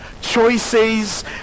Choices